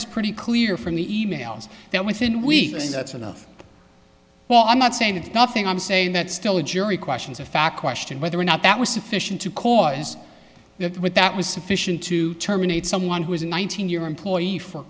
is pretty clear from the e mails that within weeks that's enough well i'm not saying it's nothing i'm saying that still a jury questions a fact question whether or not that was sufficient to cause that what that was sufficient to terminate someone who is in one thousand year employee for